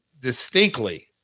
distinctly